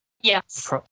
Yes